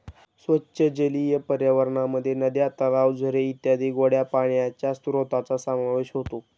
स्वच्छ जलीय पर्यावरणामध्ये नद्या, तलाव, झरे इत्यादी गोड्या पाण्याच्या स्त्रोतांचा समावेश होतो